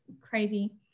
crazy